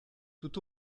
tout